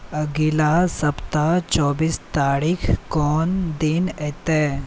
अगिला सप्ताह चौबीस तारीख कोन दिन अयतै